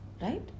right